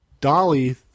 Dolly